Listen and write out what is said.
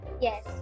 Yes